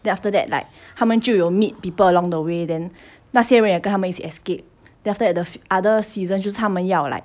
then after that like 他们就有 meet people along the way then 那些人也跟他们一起 escape then after that the other season 就是他们要 like